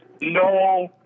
no